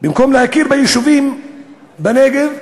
במקום להכיר ביישובים בנגב,